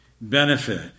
benefit